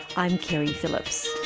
i'm keri phillips.